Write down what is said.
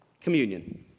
Communion